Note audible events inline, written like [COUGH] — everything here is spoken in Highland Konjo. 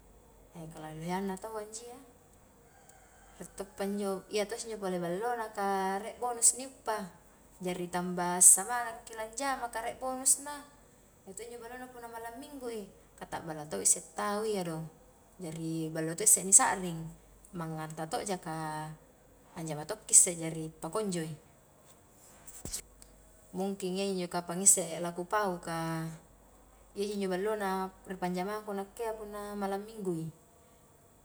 [HESITATION] kalohe-loheangna tau a iinjiya, riek toppa injo, iya to isse injo pole ballona ka rie bonus ni uppa, jari tambah semangat ki lanjama ka rie bonusna, iya to' injo ballona punna malam minggu i ka ta'bala to isse tau iya do, jari ballo to isse ni sa'ring mangngang ta to'ja, ka anjama tosseki isse jari pakunjoi mungkin iya ji injo kapan isse laku pau ka iya ji injo ballona ri panjamangku nakke iya punna malam minggu i